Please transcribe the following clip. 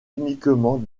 uniquement